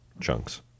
chunks